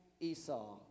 Esau